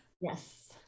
Yes